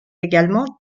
également